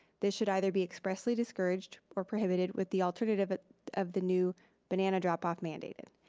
they should either be expressly discouraged or prohibited with the alternative of the new banana drop off mandated.